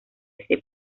ese